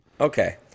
Okay